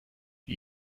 wie